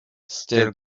still